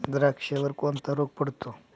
द्राक्षावर कोणता रोग पडतो?